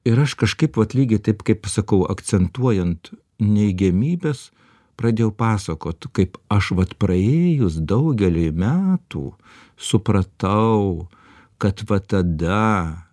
ir aš kažkaip vat lygiai taip kaip sakau akcentuojant neigiamybes pradėjau pasakot kaip aš vat praėjus daugeliui metų supratau kad va tada